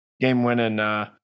game-winning